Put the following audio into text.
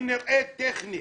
היא נראית טכנית.